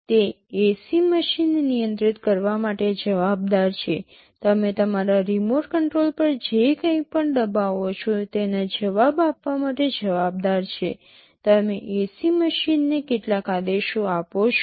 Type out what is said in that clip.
તે એસી મશીનને નિયંત્રિત કરવા માટે જવાબદાર છે તમે તમારા રિમોટ કંટ્રોલ પર જે કંઇ પણ દબાવો છો તેના જવાબ આપવા માટે જવાબદાર છે તમે એસી મશીનને કેટલાક આદેશો આપો છો